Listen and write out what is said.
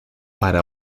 para